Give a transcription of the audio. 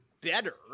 better